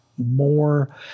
more